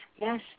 yes